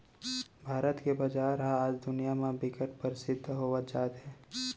भारत के बजार ह आज दुनिया म बिकट परसिद्ध होवत जात हे